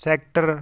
sector